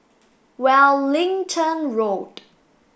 Wellington Road